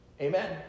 Amen